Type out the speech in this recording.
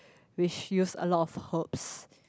which use a lot of herbs